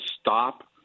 stop